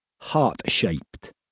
heart-shaped